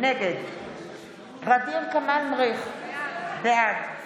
נגד ע'דיר כמאל מריח, בעד